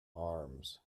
arms